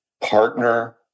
partner